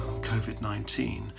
COVID-19